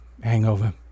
hangover